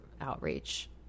outreach